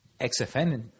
XFN